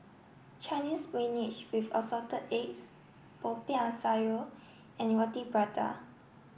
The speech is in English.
Chinese spinach with assorted eggs Popiah Sayur and Roti Prata